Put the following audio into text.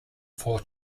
four